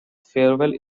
farewell